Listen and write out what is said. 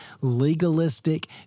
legalistic